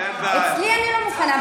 אצלי אני לא מוכנה.